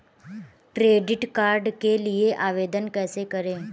Credit card के लिए आवेदन कैसे करें?